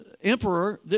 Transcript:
emperor